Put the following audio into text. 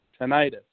tinnitus